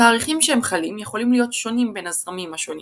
התאריכים שהם חלים יכולים להיות שונים בין הזרמים השונים